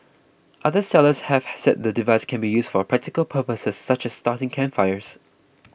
other sellers have have said the device can be used for practical purposes such as starting campfires